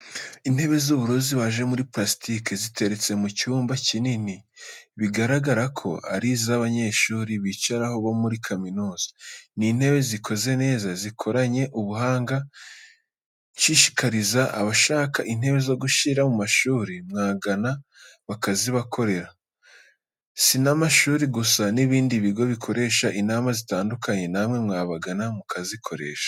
Intebe z'ubururu zibaje muri purasitike, ziteretse mu cyumba kinini, bigaragara ko ari izabanyeshuri bicaraho bo muri kaminuza. Ni intebe zikoze neza zikoranye ubuhanga. Nshishikariza abashaka intebe zo gushyira mu mashuri, mwabagana bakazibakorera. Si n'amashuri gusa n'ibindi bigo bikoresha inama zitandukanye, namwe mwabagana mukazikoresha.